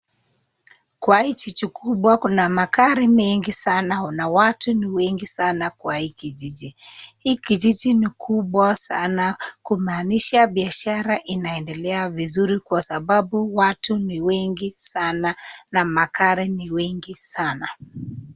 Kwa hii jiji kubwa kuna magari mengi sana na watu ni wengi sana kwa hii kijiji. Hii kijiji ni kubwa sana kumaanisha biashara inaendelea vizuri kwa sababu watu ni wengi sana na magari ni mengi sana.